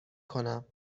کنم